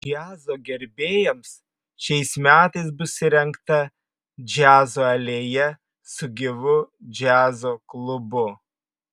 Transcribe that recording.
džiazo gerbėjams šiais metais bus įrengta džiazo alėja su gyvu džiazo klubu